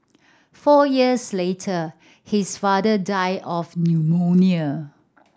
four years later his father died of pneumonia